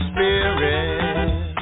Spirit